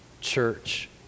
Church